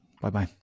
Bye-bye